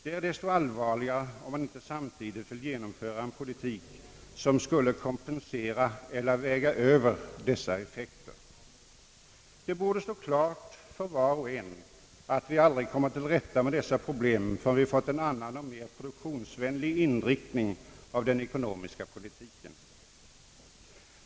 Det är desto allvarligare, om man inte samtidigt vill genomföra en politik som skulle kompensera eller väga över dessa effekter. Det borde stå klart för var och en att vi aldrig kommer till rätta med dessa problem förrän vi fått en annan och mera produktionsvänlig inriktning av den ekonomiska politiken.